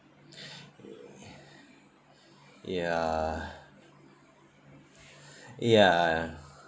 ya ya